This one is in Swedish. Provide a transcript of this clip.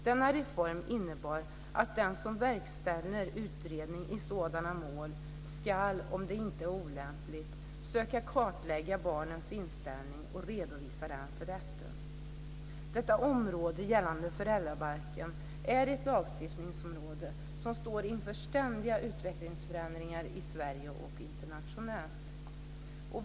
Denna reform innebar att den som verkställer utredning i sådana mål ska, om det inte är olämpligt, söka kartlägga barnets inställning och redovisa den för rätten. Detta område gällande föräldrabalken är ett lagstiftningsområde som står inför ständiga utvecklingsförändringar i Sverige och internationellt.